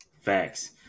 Facts